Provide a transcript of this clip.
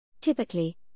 Typically